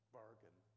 bargain